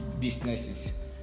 businesses